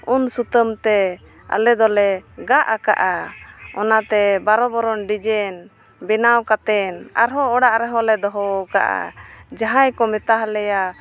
ᱩᱞ ᱥᱩᱛᱟᱹᱢᱛᱮ ᱟᱞᱮ ᱫᱚᱞᱮ ᱜᱟᱜ ᱟᱠᱟᱜᱼᱟ ᱚᱱᱟᱛᱮ ᱵᱟᱨᱳ ᱵᱚᱨᱚᱱ ᱰᱤᱡᱟᱭᱤᱱ ᱵᱮᱱᱟᱣ ᱠᱟᱛᱮᱫ ᱟᱨᱦᱚᱸ ᱚᱲᱟᱜ ᱨᱮᱦᱚᱸᱞᱮ ᱫᱚᱦᱚ ᱠᱟᱜᱼᱟ ᱡᱟᱦᱟᱸᱭ ᱠᱚ ᱢᱮᱛᱟᱞᱮᱭᱟ